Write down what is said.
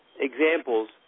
examples